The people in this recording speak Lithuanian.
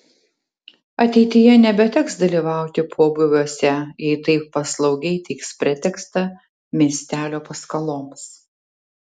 ateityje nebeteks dalyvauti pobūviuose jei taip paslaugiai teiks pretekstą miestelio paskaloms